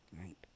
right